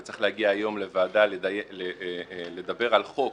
וצריך להגיע היום לוועדה לדבר על חוק